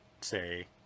say